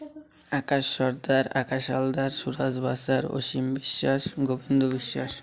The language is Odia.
ଆକାଶ ସର୍ଦ୍ଦାର ଆକାଶ ହଲଦାର ସୁୁରାଜ ବାସାର ଅସୀମ ବିଶ୍ୱାସ ଗୋବିନ୍ଦୁ ବିଶ୍ୱାସ